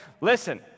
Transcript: listen